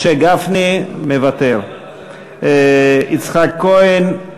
משה גפני, מוותר, יצחק כהן,